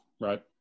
right